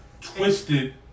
Twisted